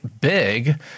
big